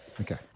Okay